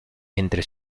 entre